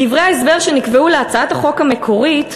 בדברי ההסבר שנקבעו להצעת החוק המקורי,